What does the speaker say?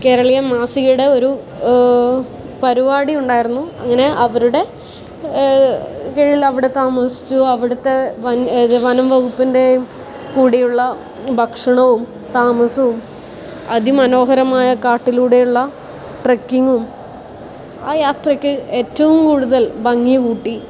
കേരളീയ മാസികയുടെ ഒരു പരിപാടി ഉണ്ടായിരുന്നു അങ്ങനെ അവരുടെ കീഴിൽ അവിടെ താമസിച്ചു അവിടുത്തെ വന്യ ഏത് വനം വകുപ്പിൻ്റെയും കൂടിയുള്ള ഭക്ഷണവും താമസവും അതിമനോഹരമായ കാട്ടിലൂടെയുള്ള ട്രെക്കിങ്ങും ആ യാത്രക്ക് ഏറ്റവും കൂടുതൽ ഭംഗി കൂട്ടി